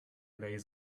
lays